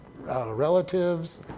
relatives